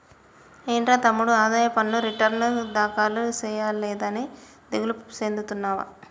ఏంట్రా తమ్ముడు ఆదాయ పన్ను రిటర్న్ దాఖలు సేయలేదని దిగులు సెందుతున్నావా